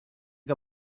que